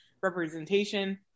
representation